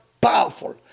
powerful